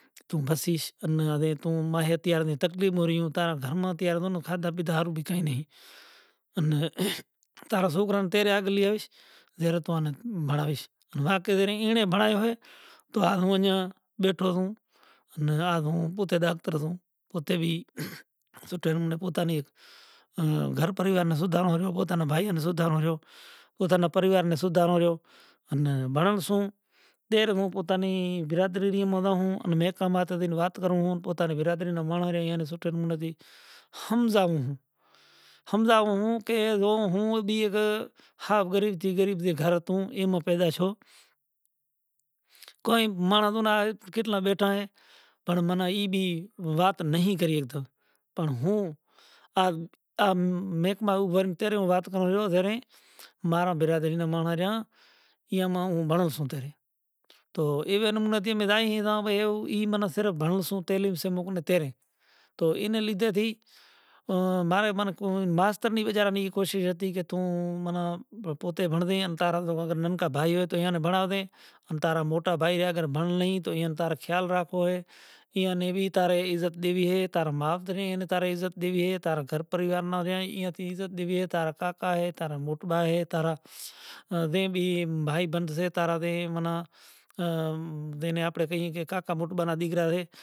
توں بھشیش آن اوے توں ما اتیار تھی تکلیف موں ریہوں تا گھر ما اتیار تو کھادا پیتا ھارو بھی تھئی نہیں آن تارو سوکرا نوں تارا آگل لئی آوش جے اوں تورانے بھنڑاوش کہ واگ کا گڑں گڑں بھنڑایو ھے تو حا منجھا بیٹھو ھوں ان حال توں پوتے ڈاکٹر سوں پوتے بھی سوٹھے اوں پوتا نی گھر پریوار نا سودھاروں چھوں توں پوتا نوں بھائیوں نے سودھاروں چھوں پوتا نا پریوار نے سودھاروں چھوں۔ ان بھنڑاوں سوں تے میں پوتا نی برادری ری مانگا ھوں ۔ میں کام اتا تی وات کروں ہوں تو پوتا تھی برادری نوں ماڑوں ھے سوٹھو نم ھتی ھمزاویں ھمزاو ھوں کے وں ھو بھی اگر ۔ ہاں غریب تے غریب تھی گھر ھتوں ایما پیدائش ھو ۔ کوئی ماڑوں نہ آئے کیٹلا بیٹھا ھے پر ما ایبی وات نہیں کری ھیکتو۔ پڑں ھوں آ آ میک ما اوگنڑتیو نے وات کروں چھوں ا گھرے مارا برادری نا ما ما رہیا۔ ایئُ ما بھنڑوں سوں گھرے۔ توں ایوا امنے تھی جائے ای بیھو ۔ ای من صرف بھروسوں تیلے سے موکلیوں تیارے تو انا لی دھ تی مارے من کوں ماستر نی بیچارہ نی کوشش ھتی کہ تو منے پوتیں بھنڑ دئیے اور تارا نم کا بھائی ھووے تو بھنڑاوے اور تارا موٹا بھائی بھنڑ لئیں تو ان تار خیال رکھوا ھوئے ۔ ایئون وی تارے عزت دیوی ھے تارا ماؤ نی عزت دیوی ھے تار گھر پریوار مہ ریہوئے ان بی عزت دیوی ھے تارا کا کا ھے تار موٹبا ھے تارے اے بھی بھائی بن شے تار آوے اے من ۔ تے اینے آپڑے کہیے کہ کا کا بوٹ بناوے ڈیکرا اوئے۔